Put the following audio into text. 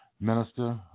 Minister